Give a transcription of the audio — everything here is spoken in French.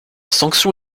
sanction